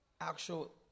Actual